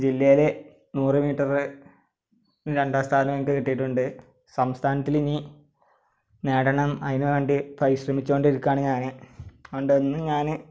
ജില്ലയിലെ നൂറ് മീറ്ററ് രണ്ടാം സ്ഥാനം എനിക്ക് കിട്ടിയിട്ടുണ്ട് സംസ്ഥാനത്തിലിനി നേടണം അതിന് വേണ്ടി പരിശ്രമിച്ചോണ്ടിരിക്കുകയാണ് ഞാന് അതുകൊണ്ട് എന്നും ഞാന്